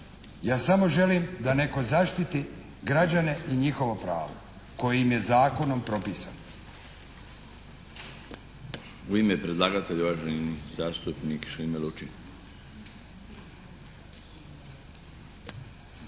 Ja samo želim da netko zaštiti građane i njihovo pravo koje im je zakonom propisano. **Milinović, Darko (HDZ)** U ime predlagatelja, uvaženi zastupnik Šime Lučin.